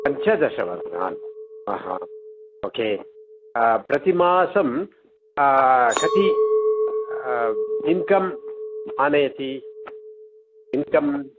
पञ्चदशवर्षान् आहा okay प्रतिमासं कति इन्कम् आनयति इन्कं